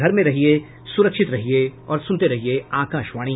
घर में रहिये सुरक्षित रहिये और सुनते रहिये आकाशवाणी